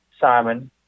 Simon